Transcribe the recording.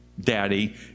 daddy